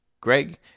Greg